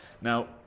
Now